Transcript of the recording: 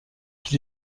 qui